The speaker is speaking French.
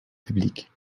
public